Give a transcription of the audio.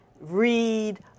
read